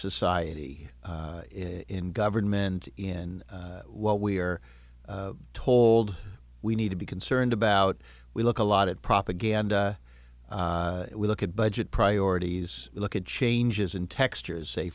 society in government in what we are told we need to be concerned about we look a lot at propaganda we look at budget priorities look at changes in textures say